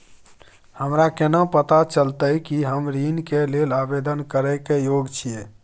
हमरा केना पता चलतई कि हम ऋण के लेल आवेदन करय के योग्य छियै?